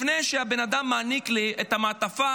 לפני שהבן אדם מעניק לי את המעטפה,